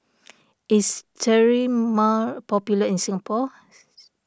is Sterimar popular in Singapore